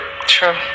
True